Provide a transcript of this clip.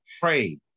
pray